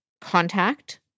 contact